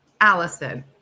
Allison